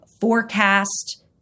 forecast